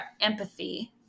empathy